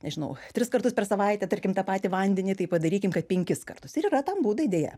nežinau tris kartus per savaitę tarkim tą patį vandenį tai padarykim kad penkis kartus ir yra tam būdai deja